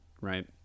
Right